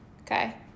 okay